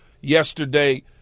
yesterday